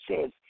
says